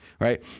right